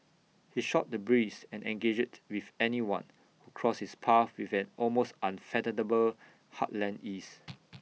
he shot the breeze and engaged with anyone who crossed his path with an almost unfathomable heartland ease